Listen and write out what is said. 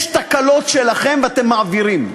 יש תקלות שלכם, ואתם מעבירים,